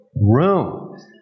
room